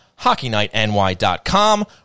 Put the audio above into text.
HockeyNightNY.com